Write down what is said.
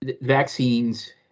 vaccines